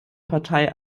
partei